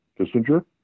Kissinger